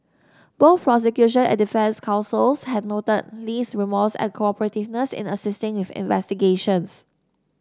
both prosecution and defence counsels had noted Lee's remorse and cooperativeness in assisting if investigations